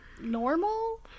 normal